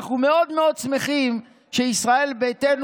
אנחנו מאוד מאוד שמחים שישראל ביתנו